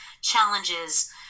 challenges